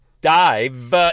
dive